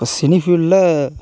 இப்போ சினி ஃபீல்ட்டில